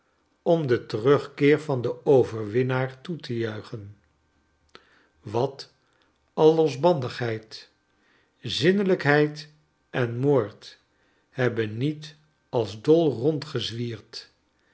om den terugkeer van den overwinnaar toe te juichen wat al losbandigheid zinnelijkheid en moord hebben niet als dol